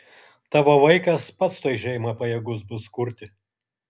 tavo vaikas pats tuoj šeimą pajėgus bus kurti